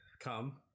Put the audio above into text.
Come